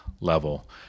level